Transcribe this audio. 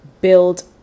build